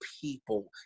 people